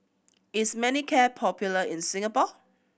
is Manicare popular in Singapore